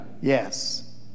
yes